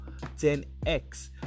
10x